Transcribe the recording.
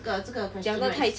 这个这个 question right